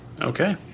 Okay